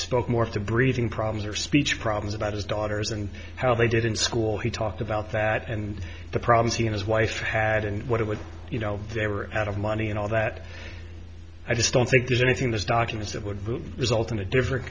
spoke more to breathing problems or speech problems about his daughters and how they did in school he talked about that and the problems he and his wife had and what it was you know they were out of money and all that i just don't think there's anything in this document that would result in a different